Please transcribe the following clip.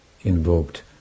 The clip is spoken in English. invoked